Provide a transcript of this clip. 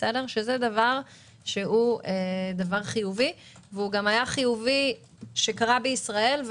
שזה דבר חיובי שקרה בישראל,